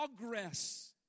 Progress